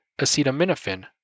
acetaminophen